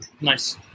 Nice